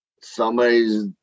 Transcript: somebody's